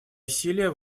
усилия